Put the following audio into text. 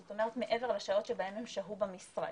זאת אומרת מעבר לשעות שבהן הם שהו במשרד.